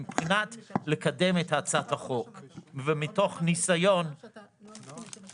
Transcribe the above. מבחינת לקדם את הצעת החוק ומתוך ניסיון --- האם